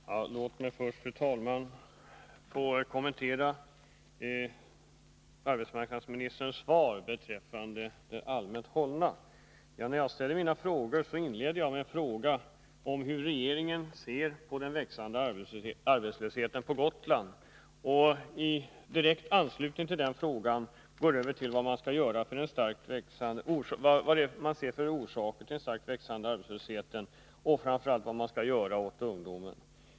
Fru talman! Låt mig först kommentera arbetsmarknadsministerns svar vad gäller ”det allmänt hållna”. Min inledande fråga gällde hur regeringen ser på den växande arbetslösheten på Gotland. I direkt anslutning härtill gick jag sedan över till att fråga vad man anser vara orsakerna till den starkt växande arbetslösheten samt — framför allt — vad man skall göra när det gäller ungdomarna.